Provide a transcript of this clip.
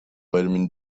vitamin